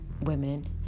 women